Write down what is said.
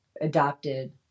adopted